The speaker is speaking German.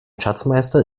schatzmeister